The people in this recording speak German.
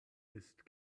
ist